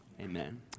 Amen